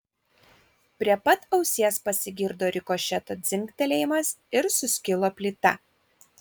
prie pat ausies pasigirdo rikošeto dzingtelėjimas ir suskilo plyta